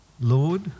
Lord